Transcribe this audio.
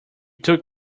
took